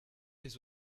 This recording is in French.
des